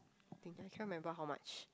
I think I cannot remember how much